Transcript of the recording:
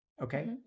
Okay